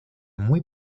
muy